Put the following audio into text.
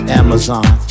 amazon